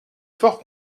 fort